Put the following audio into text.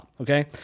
okay